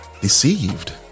deceived